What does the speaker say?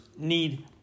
need